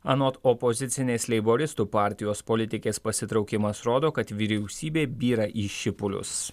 anot opozicinės leiboristų partijos politikės pasitraukimas rodo kad vyriausybė byra į šipulius